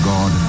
God